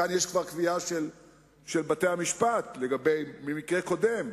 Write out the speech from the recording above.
כאן יש כבר קביעה של בתי-המשפט ממקרה קודם,